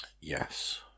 yes